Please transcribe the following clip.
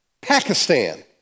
Pakistan